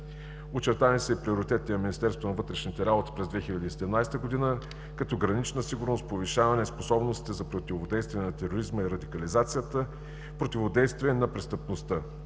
вътрешните работи през 2017 г. като: гранична сигурност, повишаване способностите за противодействие на тероризма и радикализацията, противодействие на престъпността,